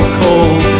cold